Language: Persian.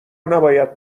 نباید